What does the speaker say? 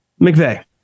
McVeigh